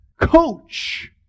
coach